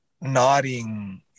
nodding